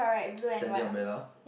sandy umbrella